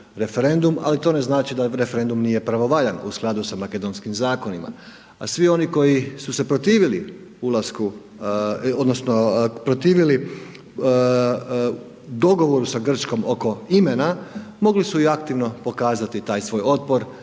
ali to ne znači da referendum nije pravovaljan u skladu sa makedonskim zakonima a svi oni koji su se protivili ulasku odnosno protivili dogovoru sa Grčkom oko imena, mogli su i aktivno pokazati taj svoj otpor